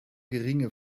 geringe